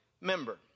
member